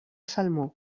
salmó